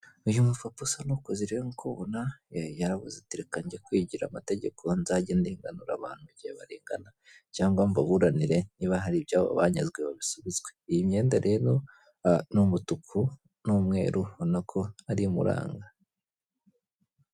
Isoko rifite ibicuruzwa bitandukanye by'imitako yakorewe mu Rwanda, harimo uduseke twinshi n'imitako yo mu ijosi, n'imitako yo kumanika mu nzu harimo n'ibibumbano bigiye bitandukanye n'udutebo.